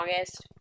August